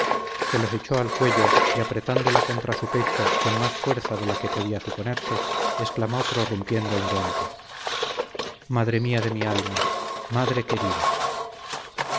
se los echó al cuello y apretándola contra su pecho con más fuerza de la que podía suponerse exclamó prorrumpiendo en llanto madre mía de mi alma madre querida